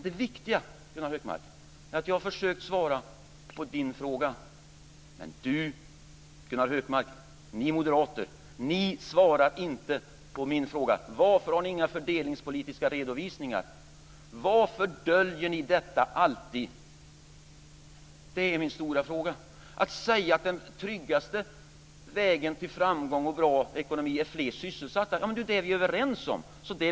Det viktiga är att jag har försökt svara på Gunnar Hökmarks fråga. Men Gunnar Hökmark, och ni moderater, svarar inte på min fråga. Varför har ni inga fördelningspolitiska redovisningar? Varför döljer ni alltid detta? Det är min stora fråga. Ni säger att den tryggaste vägen till framgång och bra ekonomi är fler sysselsatta. Det är vi ju överens om.